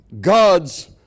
God's